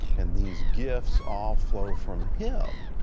and these gifts all flow from him.